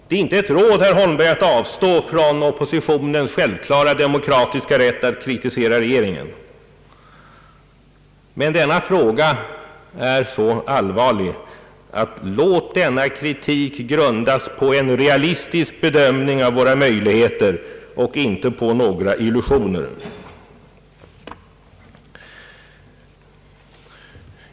Det är inte ett råd, herr Holmberg, att avstå från oppositionens självklara demokratiska rätt att kritisera regeringen, Denna fråga är emellertid så allvarlig att jag skulle vilja säga: Låt denna kritik grundas på en realistisk bedömning av våra möjligheter och inte på några illusioner.